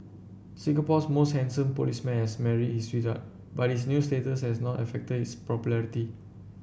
Singapore's most handsome policeman has married his sweetheart but his new status has not affected his popularity